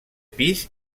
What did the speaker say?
pis